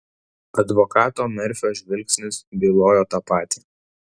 advokato merfio žvilgsnis bylojo tą patį